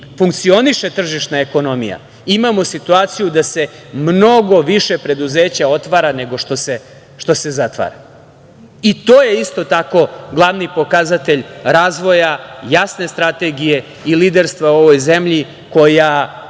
funkcioniše tržišna ekonomija. Imamo situaciju da se mnogo više preduzeća otvara, nego što se zatvara. I to je isto tako glavni pokazatelj razvoja, jasne strategije i liderstva u ovoj zemlji koja